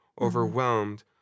overwhelmed